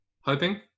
hoping